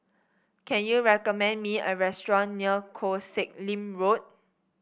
can you recommend me a restaurant near Koh Sek Lim Road